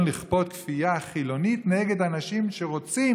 אומר רש"י: